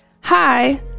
Hi